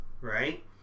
right